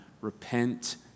repent